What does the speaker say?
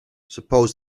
suppose